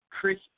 Chris